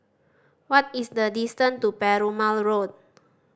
what is the distant to Perumal Road